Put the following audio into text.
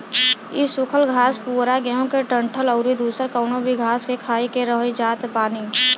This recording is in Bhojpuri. इ सुखल घास पुअरा गेंहू के डंठल अउरी दुसर कवनो भी घास खाई के रही जात बानी